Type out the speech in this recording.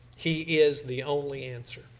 he is the only answer.